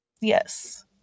Yes